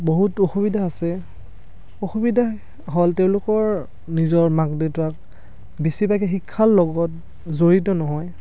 বহুতো অসুবিধা আছে অসুবিধা হ'ল তেওঁলোকৰ নিজৰ মাক দেউতাক বেছিভাগেই শিক্ষাৰ লগত জড়িত নহয়